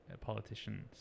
politicians